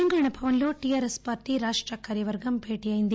తెలంగాణ భవన్లో TRS party రాష్ట కార్యవర్గం భేటీ అయింది